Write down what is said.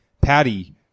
Patty